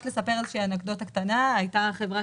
רק לספר איזושהי אנקדוטה קטנה: הייתה חברה